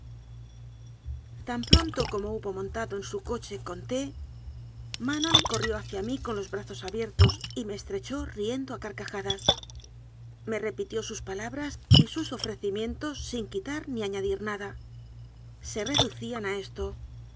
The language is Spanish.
tan pronto como hubo montado en su coche con t manon corrió hacia mí con los brazos abier tos y me estrechó riendo a carcajadas me repi tió sus palabras y sus ofrecimientos sin quitar ni añadir nada se reducían a esto